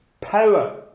power